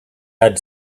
had